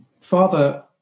Father